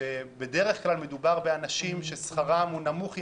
שבדרך כלל מדובר באנשים ששכרם הוא נמוך יחסית,